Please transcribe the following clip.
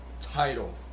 title